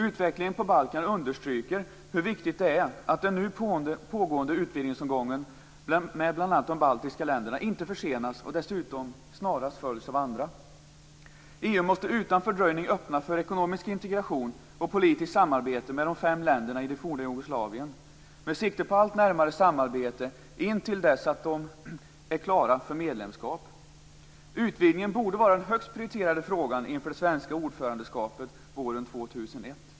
Utvecklingen på Balkan understryker hur viktigt det är att den nu pågående utvidgningsomgången med bl.a. de baltiska länderna inte försenas och dessutom snarast följs av andra. EU måste utan fördröjning öppna för ekonomisk integration och politiskt samarbete med de fem länderna i det forna Jugoslavien, med sikte på allt närmare samarbete intill dess att de är klara för medlemskap. Utvidgningen borde vara den högst prioriterade frågan inför det svenska ordförandeskapet våren 2001.